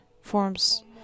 forms